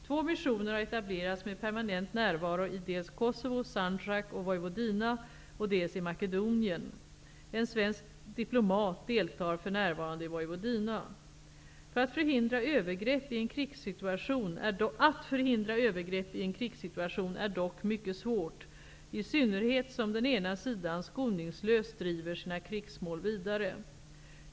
Två missioner har etablerats med permanent närvaro dels i Kosovo, Sandjak och Vojvodina, dels i Makedonien. En svensk diplomat deltar för närvarande i Vojvodina. Att förhindra övergrepp i en krigssituation är dock mycket svårt, i synnerhet som den ena sidan skoningslöst driver sina krigsmål vidare.